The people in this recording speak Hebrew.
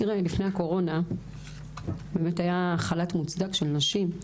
תראה, לפני הקורונה, באמת היה חל"ת מוצדק של נשים,